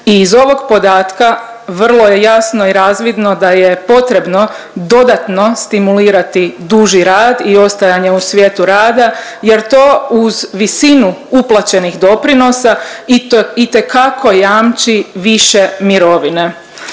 I iz ovog podatka vrlo je jasno i razvidno da je potrebno dodatno stimulirati duži rad i ostajati u svijetu rada jer to uz visinu uplaćenih doprinosa itekako jamči više mirovine.